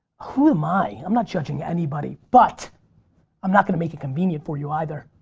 who am i? i'm not judging anybody. but i'm not going to make it convenient for you either.